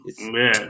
Man